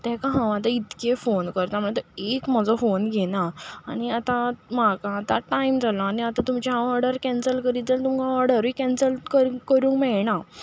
ताका हांव आतां इतके फोन करतां म्हणल्यार तो एक म्हजो फोन घेना आनी आतां म्हाका आतां टायम जालो आनी आतां तुमची हांव ऑर्डर कॅन्सील करीत जाल्यार तुमकां ऑर्डरूय कॅन्सील कर करूंक मेळना